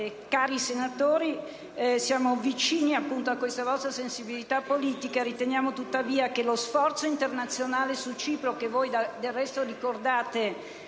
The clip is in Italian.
senatori, siamo vicini a questa vostra sensibilità politica; riteniamo tuttavia che lo sforzo internazionale su Cipro, che voi del resto ricordate